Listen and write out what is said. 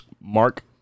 Mark